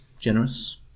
generous